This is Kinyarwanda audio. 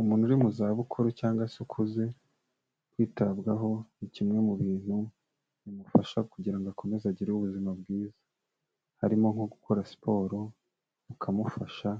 Umuntu uri mu zabukuru cyangwa se ukuze kwitabwaho ni kimwe mu bintu bimufasha kugira ngo akomeze agire ubuzima bwiza, harimo nko gukora siporo, ukamufasha